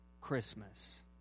Christmas